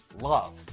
love